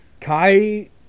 Kai